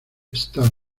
star